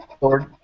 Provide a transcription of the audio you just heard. Lord